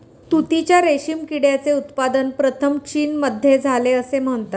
तुतीच्या रेशीम किड्याचे उत्पादन प्रथम चीनमध्ये झाले असे म्हणतात